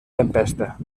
tempesta